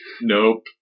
Nope